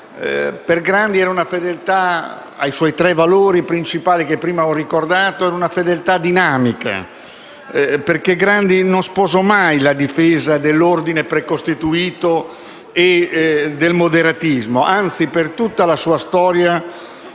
e questa fedeltà ai suoi tre valori principali, che prima ho ricordato, per Grandi era una fedeltà dinamica perché egli non sposò mai la difesa dell'ordine precostituito e del moderatismo, anzi, per tutta la sua storia,